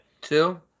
Two